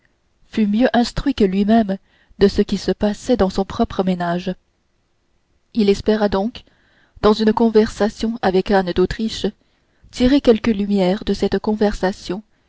fût mieux instruit que lui-même de ce qui se passait dans son propre ménage il espéra donc dans une conversation avec anne d'autriche tirer quelque lumière de cette conversation